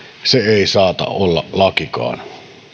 se ei saata olla lakikaan